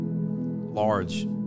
large